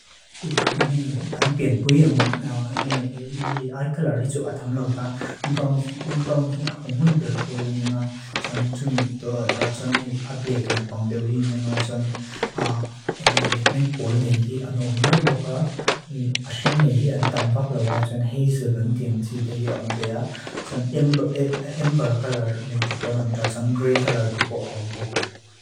Í ángé gan pían púi áng áng í ái kalar hi tu atamlau tá. Nbrón hi akumún berpólan áng ánga chan tumidó áng chan hí ableik lampang deawi áng áng chan. Ángé mitmeang pól nei hi anónuál boká. Áshíng nei hi andamvákláu áng chan héiseulun tíang tídea áng déa, chan ember kalar nei tipon áng tá, chan grey kalar tipo áng boká.